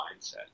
mindset